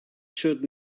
should